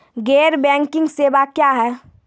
गैर बैंकिंग सेवा क्या हैं?